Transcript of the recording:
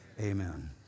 amen